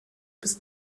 bis